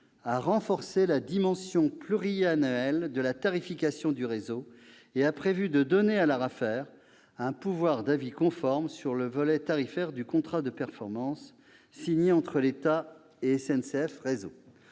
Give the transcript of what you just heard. a renforcé la dimension pluriannuelle de la tarification du réseau, et a prévu de donner à l'ARAFER un pouvoir d'avis conforme sur le volet tarifaire du contrat de performance signé entre l'État et SNCF Réseau.